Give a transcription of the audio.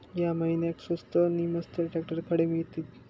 या महिन्याक स्वस्त नी मस्त ट्रॅक्टर खडे मिळतीत?